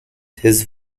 his